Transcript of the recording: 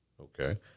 Okay